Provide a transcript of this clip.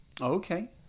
Okay